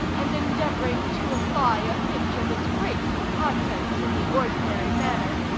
and endeavoring to apply a pinch of its grateful contents in the ordinary manner,